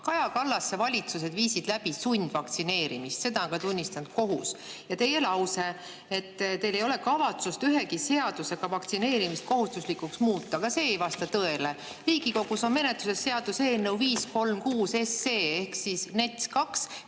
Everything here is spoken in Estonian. Kaja Kallase valitsused viisid läbi sundvaktsineerimist. Seda on tunnistanud ka kohus. Ja teie lause, et teil ei ole kavatsust ühegi seadusega vaktsineerimist kohustuslikuks muuta – see ei vasta tõele. Riigikogus on menetluses seaduseelnõu 536 ehk NETS